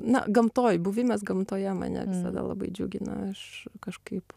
na gamtoj buvimas gamtoje mane visada labai džiugina aš kažkaip